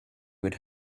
would